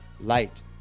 light